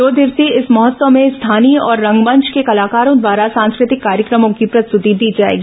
दो दिवसीय इस महोत्सव में स्थानीय और रंगमेंच के कलाकारों द्वारा सांस्कृतिक कार्यक्रमों की प्रस्तुति दी जाएगी